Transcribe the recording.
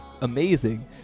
amazing